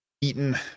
eaten